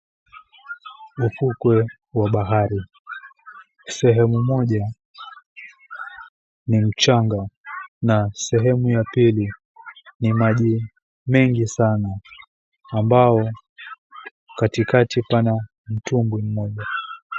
Ufukwe wa bahari. Sehemu moja ni mchanga na sehemu ya pili ni maji mengi saana ambao katikati pana mtuumbwi mmoja.